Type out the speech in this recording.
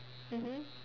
mmhmm